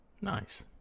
Nice